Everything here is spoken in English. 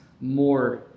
more